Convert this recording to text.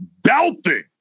belting